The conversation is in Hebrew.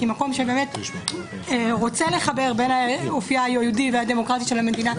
ממקום שבאמת רוצה לחבר בין אופייה היהודי והדמוקרטי של המדינה,